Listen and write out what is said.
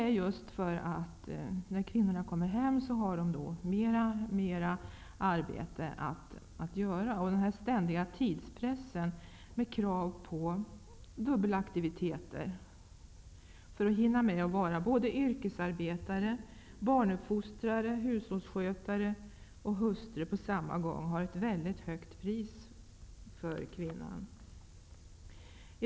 Det beror på att kvinnorna har mer arbete att göra när de kommer hem. Den ständiga tidspress med krav på flerdubbla aktiviteter för att hinna med att vara såväl yrkesarbetare, barnuppfostrare, hushållsskötare som hustru på samma gång har ett väldigt högt pris för kvinnan.